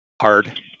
Hard